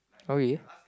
oh really